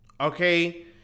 okay